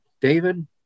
David